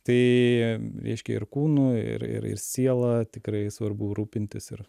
tai reiškia ir kūnu ir ir ir siela tikrai svarbu rūpintis ir